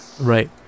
Right